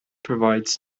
provides